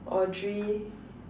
Audrey